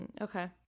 Okay